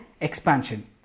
expansion